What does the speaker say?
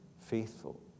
faithful